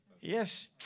Yes